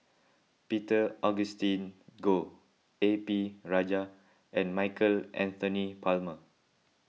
Peter Augustine Goh A P Rajah and Michael Anthony Palmer